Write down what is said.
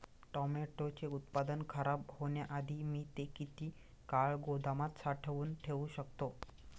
टोमॅटोचे उत्पादन खराब होण्याआधी मी ते किती काळ गोदामात साठवून ठेऊ शकतो?